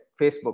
Facebook